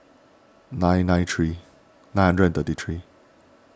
nine nine three nine hundred and thirty three